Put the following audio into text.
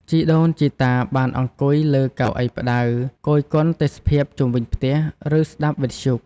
ជីដូនជីតាបានអង្គុយលើកៅអីផ្តៅ គយគន់ទេសភាពជុំវិញផ្ទះ ឬស្តាប់វិទ្យុ។